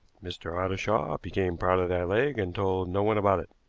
mr. ottershaw became proud of that leg and told no one about it.